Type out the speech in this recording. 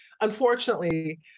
unfortunately